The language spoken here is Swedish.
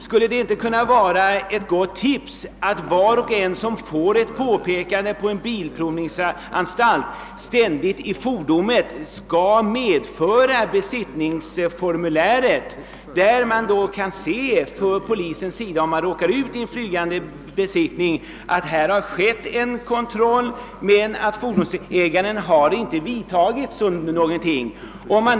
Skulle det inte vara ett gott tips att var och en, som får ett påpekande vid en bilprovningsanstalt, i fordonet ständigt skulle medföra det besiktningsformulär som därvid utfärdats, så att polisen vid en flygande besiktning kunde se att en kontroll har gjorts och om fordonets ägare i anledning härav har vidtagit någon åtgärd eller ej?